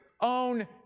own